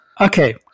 okay